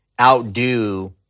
outdo